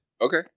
Okay